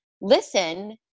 listen